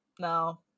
no